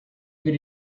good